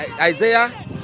Isaiah